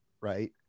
right